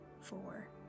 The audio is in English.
four